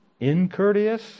incourteous